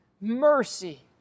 mercy